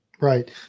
right